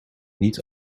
niet